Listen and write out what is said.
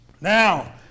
Now